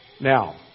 Now